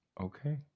Okay